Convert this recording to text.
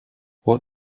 what